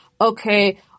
Okay